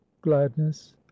gladness